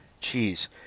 Jeez